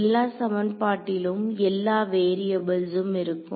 எல்லா சமன்பாட்டிலும் எல்லா வேரியபுள்ஸ்ம் இருக்கும்